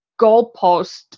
goalpost